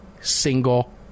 single